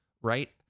Right